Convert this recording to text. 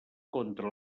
contra